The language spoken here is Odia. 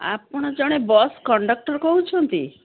ଆପଣ ଜଣେ ବସ୍ କଣ୍ଡକ୍ଟର୍ କହୁଛନ୍ତି